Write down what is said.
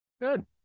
Good